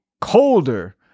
colder